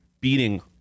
beating